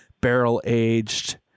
barrel-aged